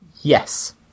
Yes